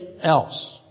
else